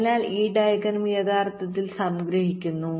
അതിനാൽ ഈ ഡയഗ്രം യഥാർത്ഥത്തിൽ സംഗ്രഹിക്കുന്നു